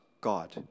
God